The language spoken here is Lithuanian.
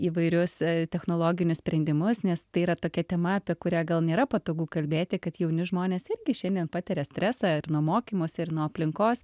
įvairius technologinius sprendimus nes tai yra tokia tema apie kurią gal nėra patogu kalbėti kad jauni žmonės irgi šiandien patiria stresą ir nuo mokymosi ir nuo aplinkos